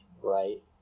right